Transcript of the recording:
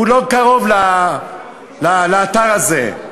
הוא לא קרוב לאתר הזה,